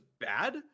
bad